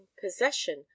possession